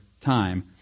time